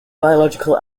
biological